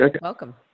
welcome